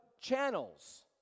channels